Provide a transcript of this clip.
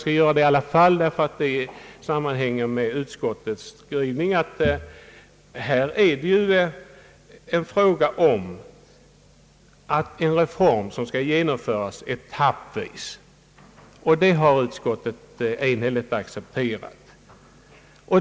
Vad gäller resurserna är det ju även här fråga om en reform som skall genomföras etappvis, och det har utskottet enhälligt accepterat.